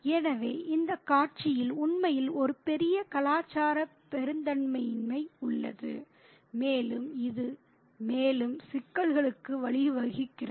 எனவே இந்த காட்சியில் உண்மையில் ஒரு பெரிய கலாச்சார பொருத்தமின்மை உள்ளது மேலும் இது மேலும் சிக்கல்களுக்கு வழிவகுக்கிறது